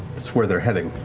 it's where they're heading.